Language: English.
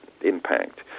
impact